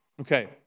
Okay